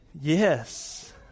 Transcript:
yes